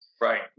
Right